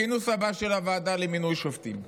בכינוס הבא של הוועדה למינוי שופטים,